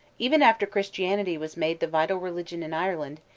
even after christianity was made the vital religion in ireland,